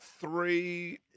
three